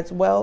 as well